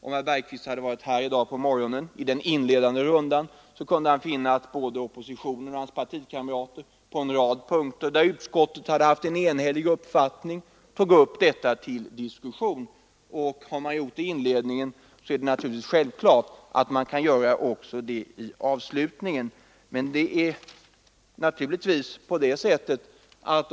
Om herr Bergqvist varit här i dag på morgonen i den inledande omgången, skulle han ha funnit att både oppositionen och hans egna partikamrater tog upp en lång rad punkter till diskussion där utskottet haft en enhällig uppfattning. Har det skett tidigare under debatten, är det självklart att så kan ske även nu.